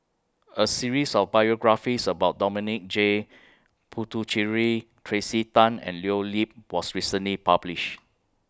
A series of biographies about Dominic J Puthucheary Tracey Tan and Leo Yip was recently published